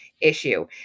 issue